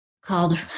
called